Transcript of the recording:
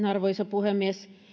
arvoisa puhemies